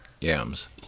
yams